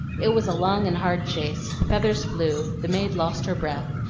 it was a long and hard chase feathers flew, the maid lost her breath,